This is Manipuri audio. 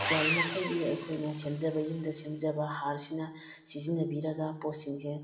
ꯌꯥꯔꯤꯃꯈꯩꯗꯤ ꯑꯩꯈꯣꯏꯅ ꯁꯦꯝꯖꯕ ꯌꯨꯝꯗ ꯁꯦꯝꯖꯕ ꯍꯥꯔꯁꯤꯅ ꯁꯤꯖꯟꯅꯕꯤꯔꯒ ꯄꯣꯠꯁꯤꯡꯁꯦ